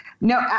No